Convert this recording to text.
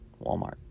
Walmart